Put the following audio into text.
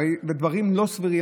הרי אלה דברים לא סבירים.